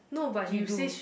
you do